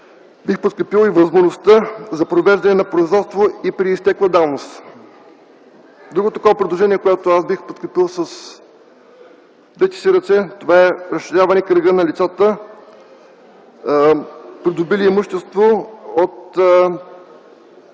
Бих подкрепил и възможността за провеждане на производство и при изтекла давност. Друго такова предложение, което аз бих подкрепил с двете си ръце, e това разширяване кръга на лицата, придобили имущество от